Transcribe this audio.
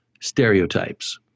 stereotypes